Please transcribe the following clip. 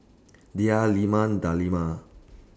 Dhia Leman Delima